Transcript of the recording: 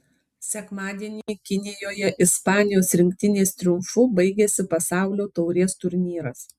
sekmadienį kinijoje ispanijos rinktinės triumfu baigėsi pasaulio taurės turnyras